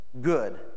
good